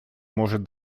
может